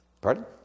Pardon